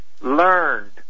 learned